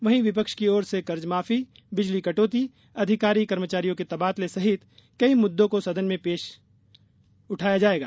वहीं विपक्ष की ओर से कर्ज माफी बिजली कटौती अधिकारी कर्मचारियों के तबादले सहित कई मुद्दों को सदन में उठाया जाएगा